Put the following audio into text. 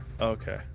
Okay